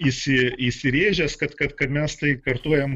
įsi įsirėžęs kad kad kad mes tai kartojam